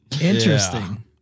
Interesting